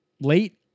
Late